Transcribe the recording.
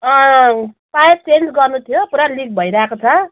pipe change गर्नु थियो पुरा लिक भइरहेको छ